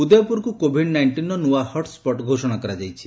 ଉଦୟପୁରକୁ covid ନାଇଷ୍ଟିନ୍ର ନୂଆ hotspot ଘୋଷଣା କରାଯାଇଛି